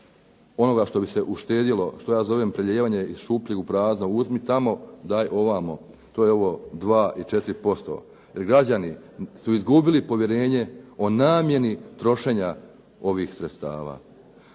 onoga što bi se uštedjelo što ja zovem prelijevanje iz šupljeg u prazno, uzmi tamo daj ovamo, to je ovo 2 i 4% jer građani su izgubili povjerenje o namjeni trošenja ovih sredstava.